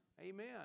Amen